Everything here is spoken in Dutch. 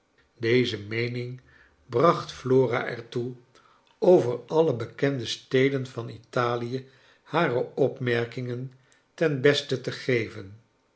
deze rneening bracht flora er toe over alle bekende steden van italie hare opmerkingen ten beste te geven